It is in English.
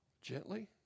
Gently